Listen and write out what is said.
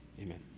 Amen